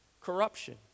Corruption